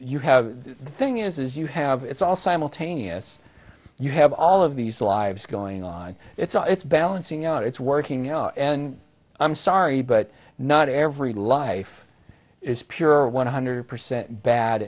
you have the thing is you have it's all simultaneous you have all of these lives going on it's balancing out it's working and i'm sorry but not every life is pure one hundred percent bad